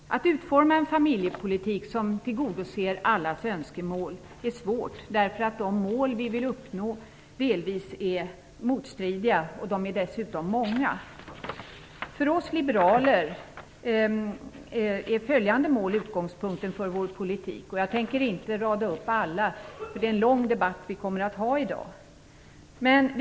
Att utforma en familjepolitik som tillgodoser allas önskemål är svårt. De mål som vi vill uppnå är delvis motstridiga och de är dessutom många. För oss liberaler är följande mål utgångspunkter för vår politik - jag tänker inte räkna upp alla, eftersom vi kommer att ha en lång debatt i dag.